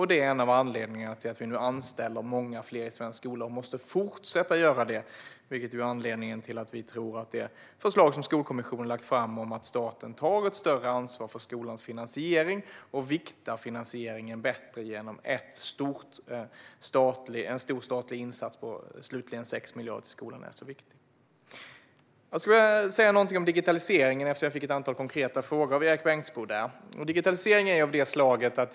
Det är en av anledningarna till att vi nu anställer många fler i svensk skola och måste fortsätta att göra det. Därför tror vi att det förslag som Skolkommissionen har lagt fram om att staten ska ta ett större ansvar för skolans finansiering och vikta finansieringen bättre genom en stor statlig insats på totalt 6 miljarder är så viktigt. Låt mig säga något om digitaliseringen eftersom jag fick ett antal konkreta frågor av Erik Bengtzboe om den.